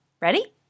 Ready